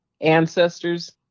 ancestors